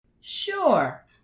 Sure